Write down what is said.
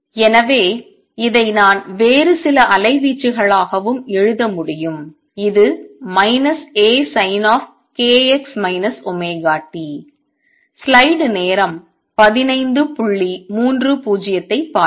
எனவே இதை நான் வேறு சில அலைவீச்சுகளாகவும் எழுத முடியும் இது minus A sin of kx ωt